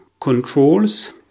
controls